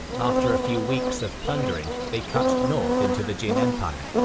after a few weeks of plundering they cut north into the jin empire.